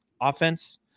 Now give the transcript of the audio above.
offense